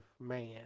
man